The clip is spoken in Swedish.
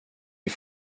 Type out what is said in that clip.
vid